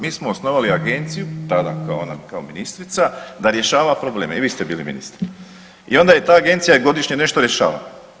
Mi smo osnovali agenciju tada ona kao ministrica da rješava probleme i vi ste bili ministar i onda je ta agencija godišnje nešto rješavala.